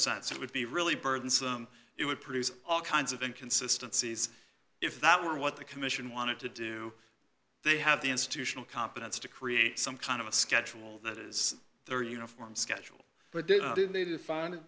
sense it would be really burdensome it would produce all kinds of inconsistences if that were what the commission wanted to do they have the institutional competence to create some kind of a schedule that is their uniform schedule but they did find a